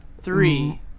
Three